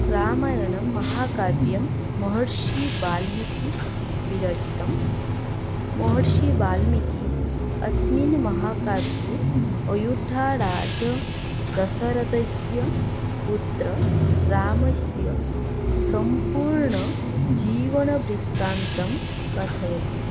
रामायणं महाकाव्यं महर्षिवाल्मीकिविरचितं महर्षिवाल्मीकिः अस्मिन् महाकाव्ये अयोद्ध्याराजदशरथस्य पुत्रः रामस्य सम्पूर्णजीवनवृत्तान्तं कथयति